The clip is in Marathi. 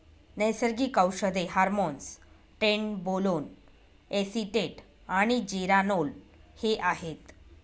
नैसर्गिक औषधे हार्मोन्स ट्रेनबोलोन एसीटेट आणि जेरानोल हे आहेत